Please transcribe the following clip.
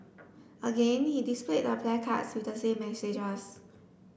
again he displayed the placards with the same messages